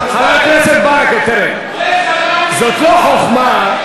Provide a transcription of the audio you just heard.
חבר הכנסת ברכה, זאת לא חוכמה,